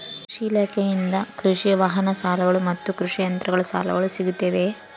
ಕೃಷಿ ಇಲಾಖೆಯಿಂದ ಕೃಷಿ ವಾಹನ ಸಾಲಗಳು ಮತ್ತು ಕೃಷಿ ಯಂತ್ರಗಳ ಸಾಲಗಳು ಸಿಗುತ್ತವೆಯೆ?